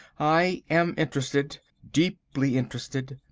i am interested, deeply interested.